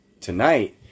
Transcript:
Tonight